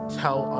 tell